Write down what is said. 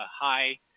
high –